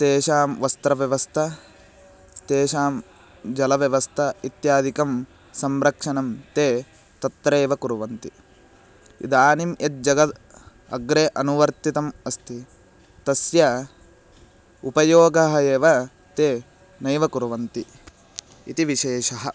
तेषां वस्त्रव्यवस्था तेषां जलव्यवस्था इत्यादिकं संरक्षणं ते तत्रैव कुर्वन्ति इदानीं यत् जगत् अग्रे अनुवर्तितम् अस्ति तस्य उपयोगः एव ते नैव कुर्वन्ति इति विशेषः